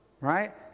right